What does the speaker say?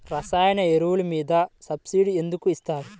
రసాయన ఎరువులు మీద సబ్సిడీ ఎందుకు ఇస్తారు?